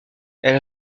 elle